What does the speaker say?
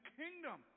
kingdom